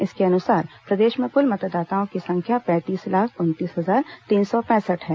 इसके अनुसार प्रदेश में क्ल मतदाताओं की संख्या पैंतीस लाख उनतीस हजार तीन सौ पैंसठ है